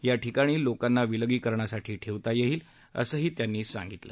या ठिकाणी लोकांना विलगीकरणासाठी ठेवता येईल असंही ते म्हणाले